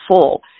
full